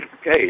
Okay